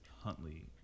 Huntley